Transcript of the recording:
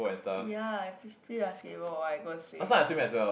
ya I play basketball while I go swimming